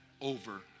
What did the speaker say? over